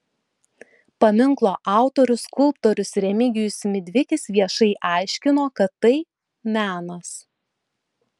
paminklo autorius skulptorius remigijus midvikis viešai aiškino kad tai menas